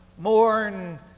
mourn